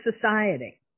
society